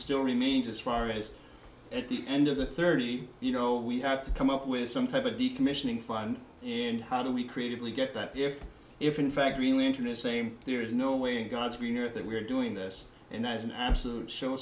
still remains as far as at the end of the thirty you know we have to come up with some type of decommissioning find and how do we creatively get that if if in fact really internet same there is no way in god's green earth that we're doing this and that is an absolute